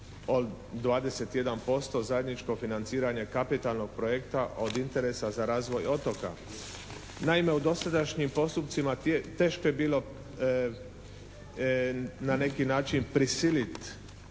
od 21% zajedničko financiranje kapitalnog projekta od interesa za razvoj otoka. Naime, u dosadašnjim postupcima teško je bilo na neki način prisiliti